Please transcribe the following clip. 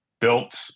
built